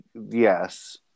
Yes